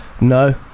No